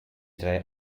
drei